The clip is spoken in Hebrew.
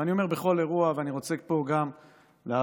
ואני אומר בכל אירוע, ואני רוצה פה גם להעביר,